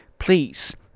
Please